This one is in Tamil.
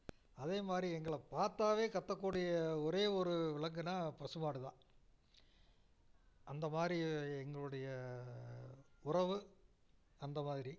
அதே மாதிரி எங்களை பாத்தாலே கத்தக்கூடிய ஒரே ஒரு விலங்குனா பசு மாடு தான் அந்த மாதிரி எ எங்களுடைய உறவு அந்த மாதிரி